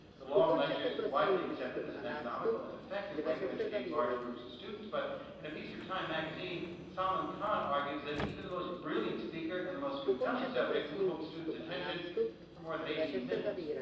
the long lecture is widely accepted as an economical and effective way to educate large groups of students, but in a piece for time magazine, salman khan argues that even the most brilliant speaker and the most compelling subject won't hold students' attention for more than eighteen minutes.